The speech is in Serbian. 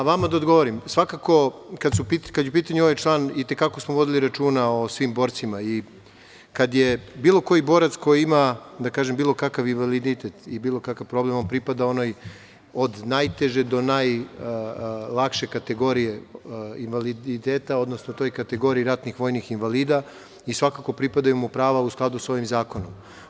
A, vama da odgovorim, svakako kada je u pitanju ovaj član i te kako smo vodili računa o svim borcima i kada je bilo koji borac koji ima, da kažem bilo kakav invaliditet i bilo kakav problem on pripada onoj od najteže do najlakše kategorije invaliditeta, odnosno toj kategoriji ratnih vojnih invalida i svakako pripadaju mu prava u skladu sa ovim zakonom.